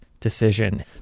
decision